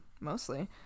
mostly